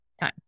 time